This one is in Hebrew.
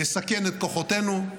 יסכן את כוחותינו,